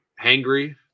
hangry